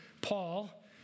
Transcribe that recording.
Paul